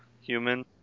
human